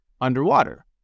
underwater